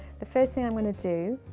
the first thing i'm going to do,